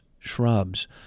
Shrubs